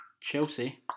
Chelsea